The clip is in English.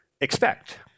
expect